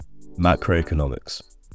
Macroeconomics